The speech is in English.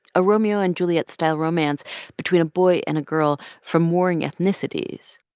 a romeo and juliet style romance between a boy and a girl from warring ethnicities.